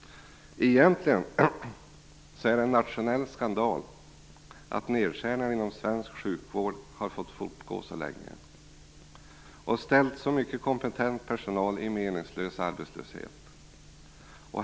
Egentligen är det en nationell skandal att nedskärningarna inom svensk sjukvård har fått fortgå så länge, och fått ställa så mycket kompetent personal i meningslös arbetslöshet.